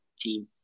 team